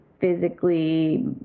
physically